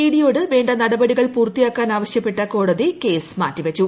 ഇഡിയോട് വേണ്ട നടപടികൾ പൂർത്തിയാക്കാൻ ആവശ്യപ്പെട്ട കോടതികേസ് മാറ്റി വച്ചു